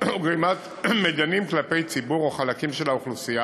או גרימת מדנים כלפי ציבור או חלקים של האוכלוסיה,